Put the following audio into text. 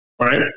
Right